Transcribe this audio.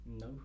No